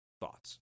thoughts